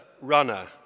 runner